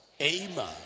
Amen